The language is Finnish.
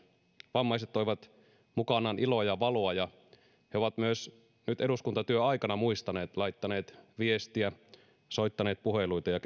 vammaiset toivat mukanaan iloa ja valoa ja he ovat myös nyt eduskuntatyön aikana muistaneet laittaneet viestiä soittaneet puheluita ja